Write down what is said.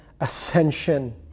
ascension